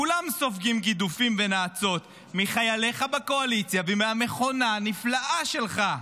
כולם סופגים גידופים ונאצות מחייליך בקואליציה ומהמכונה הנפלאה שלך.